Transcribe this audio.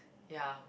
ya